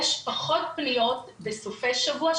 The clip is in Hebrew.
יש פחות פניות בסופי שבוע,